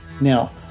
Now